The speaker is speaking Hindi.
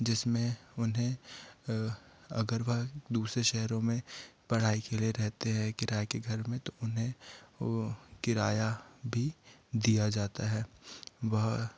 जिसमें उन्हें अगर वह दूसरे शहरों में पढ़ाई के लिए रहते हैं किराए के घर में तो उन्हें वो किराया भी दिया जाता है वह